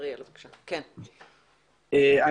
שלום לכולם,